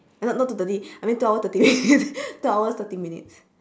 eh no not two thirty I mean two hours thirty two hours thirty minutes